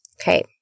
Okay